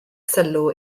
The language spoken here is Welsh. sylw